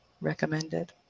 recommended